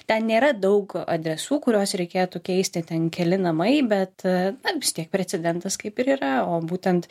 ten nėra daug adresų kuriuos reikėtų keisti ten keli namai bet na vis tiek precedentas kaip ir yra o būtent